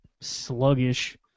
sluggish